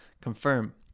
Confirm